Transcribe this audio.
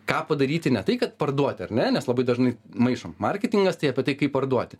ką padaryti ne tai kad parduoti ar ne nes labai dažnai maišom marketingas tai apie tai kaip parduoti